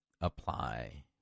apply